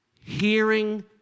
hearing